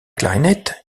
clarinette